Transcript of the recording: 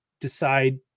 decide